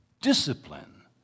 discipline